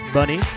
Bunny